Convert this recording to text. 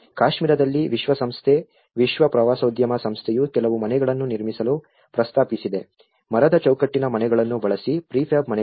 ಕಾಶ್ಮೀರದಲ್ಲಿ ವಿಶ್ವಸಂಸ್ಥೆಯ ವಿಶ್ವ ಪ್ರವಾಸೋದ್ಯಮ ಸಂಸ್ಥೆಯು ಕೆಲವು ಮನೆಗಳನ್ನು ನಿರ್ಮಿಸಲು ಪ್ರಸ್ತಾಪಿಸಿದೆ ಮರದ ಚೌಕಟ್ಟಿನ ಮನೆಗಳನ್ನು ಬಳಸಿ ಪ್ರಿಫ್ಯಾಬ್ ಮನೆಗಳು